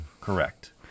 Correct